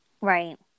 Right